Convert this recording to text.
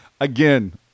Again